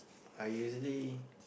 I usually